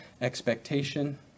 expectation